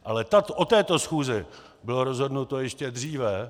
Ale o této schůzi bylo rozhodnuto ještě dříve.